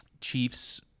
Chiefs